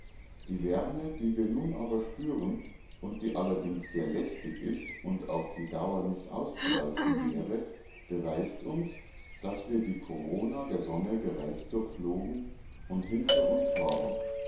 die wärme die wir nun aber spüren und die allerdings sehr lästig ist und auf die dauer nicht auszuhalten wäre beweist uns daß wir die korona der sonne bereits durchflogen und hinter uns haben